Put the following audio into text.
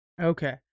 okay